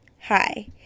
Hi